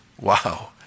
Wow